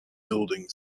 building